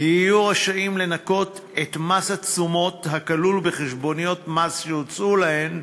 יהיו רשאים לנכות את מס התשומות הכלול בחשבוניות מס שהוצאו להם.